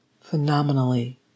phenomenally